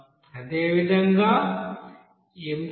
అదేవిధంగా m2